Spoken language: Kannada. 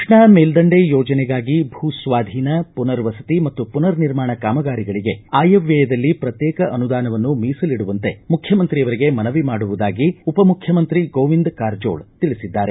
ಕೃಷ್ಣಾ ಮೇಲ್ದಂಡೆ ಯೋಜನೆಗಾಗಿ ಭೂ ಸ್ವಾಧೀನ ಮನರ್ವಸತಿ ಮತ್ತು ಪುನರ್ ನಿರ್ಮಾಣ ಕಾಮಗಾರಿಗಳಿಗೆ ಆಯವ್ಯಯದಲ್ಲಿ ಪ್ರತ್ಯೇಕ ಅನುದಾನವನ್ನು ಮೀಸಲಿಡುವಂತೆ ಮುಖ್ಯಮಂತ್ರಿಯವರಿಗೆ ಮನವಿ ಮಾಡುವುದಾಗಿ ಉಪಮುಖ್ಯಮಂತ್ರಿ ಗೋವಿಂದ ಕಾರಜೋಳ ತಿಳಿಸಿದ್ದಾರೆ